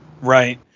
Right